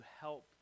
help